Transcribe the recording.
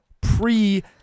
pre